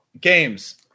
games